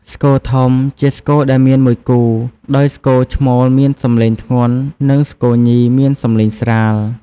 ស្គរធំជាស្គរដែលមានមួយគូ ដោយស្គរឈ្មោលមានសំឡេងធ្ងន់ និងស្គរញីមានសំឡេងស្រាល។